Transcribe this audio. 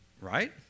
right